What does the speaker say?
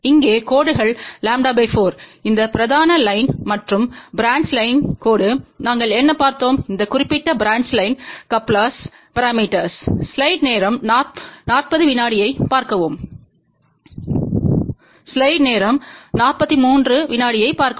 இங்கே கோடுகள் λ 4 இந்த பிரதான லைன் மற்றும் பிரான்ச்க் கோடுநாங்கள் என்ன பார்த்தோம் இந்த குறிப்பிட்ட பிரான்ச் லைன் கப்லெர்ஸ்ற்கான S பரமீட்டர்ஸ்க்கள்